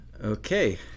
Okay